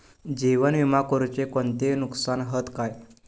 जीवन विमा करुचे कोणते नुकसान हत काय?